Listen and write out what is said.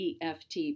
EFT